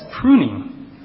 pruning